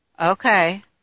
Okay